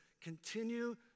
continue